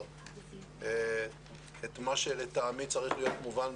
מכל רחבי הציבור,